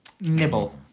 nibble